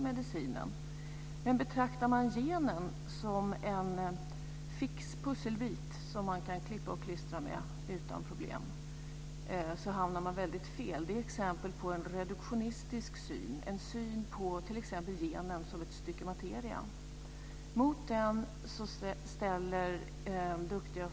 Vi har sett det som en form av yrkesförbud, och det har varit de enskilda landstingen som ibland har gett dessa yrkesgrupper, då främst läkare, rätt att arbeta ytterligare en tid, med ersättning.